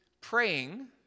praying